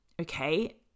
Okay